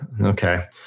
Okay